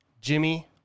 Jimmy